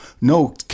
no